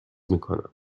میکنم